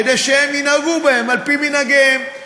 כדי שהם ינהגו בהם לפי מנהגיהם,